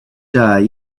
day